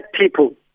people